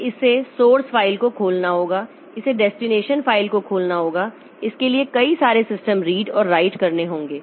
तो इसे source file को खोलना होगा इसे डेस्टिनेशन फाइल को खोलना होगा इसके लिए कई सारे सिस्टम रीड और राइट करने होंगे